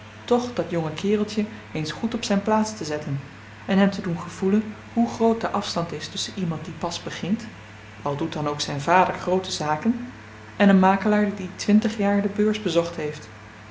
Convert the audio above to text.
toch dat jonge kereltjen eens goed op zyn plaats te zetten en hem te doen gevoelen hoe groot de afstand is tusschen iemand die pas begint al doet dan ook zyn vader groote zaken en een makelaar die twintig jaar de beurs bezocht heeft